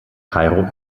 kairo